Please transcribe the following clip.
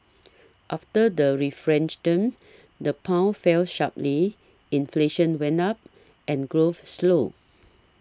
after the referendum the pound fell sharply inflation went up and growth slowed